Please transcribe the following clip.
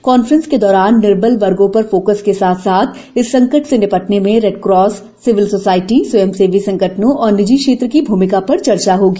conference के दौरान निर्बल वर्गो पर फोकस के साथ साथ इस संकट से निपटने में रेड क्रास सिविल सोसाइटी स्वयंसेवी संगठनों और निजी क्षेत्र की भुमिका पर चर्चा होगी